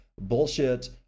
Bullshit